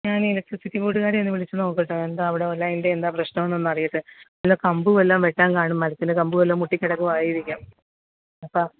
ഞാൻ ഇലക്ട്രിസിറ്റി ബോഡ്കാരെയൊന്ന് വിളിച്ച് നോക്കട്ടെ എന്താ അവിടെ ലൈൻറ്റെ എന്താ പ്രശ്നം എന്നൊന്ന് അറിയട്ടെ വല്ല കമ്പ് വല്ലം വെട്ടാൻ കാണും മരത്തിൻ്റെ കമ്പ് വല്ലോം പൊട്ടി കിടക്കുവായിരിക്കാം അപ്പം